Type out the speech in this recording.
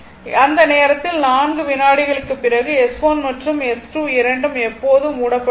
அந்த நேரத்தில் 4 விநாடிகளுக்குப் பிறகு S1 மற்றும் S2 இரண்டும் எப்போதும் மூடப்பட்டிருக்கும்